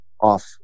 off